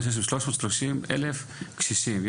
יש 300 אלף קשישים זכאי חוק הסיעוד,